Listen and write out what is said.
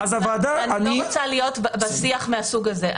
ואני לא רוצה להיות בשיח מהסוג הזה.